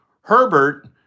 Herbert